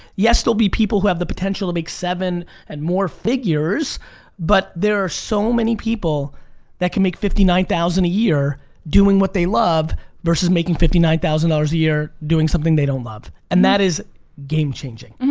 yes, they'll be people who have the potential to make seven and more figures but there are so many people that can make fifty nine thousand dollars a year doing what they love versus making fifty nine thousand dollars a year doing something they don't love and that is game changing.